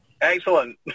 Excellent